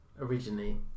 originally